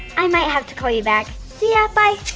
i might have to call you back. see ya. bye.